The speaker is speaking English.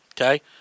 Okay